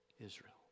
Israel